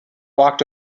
walked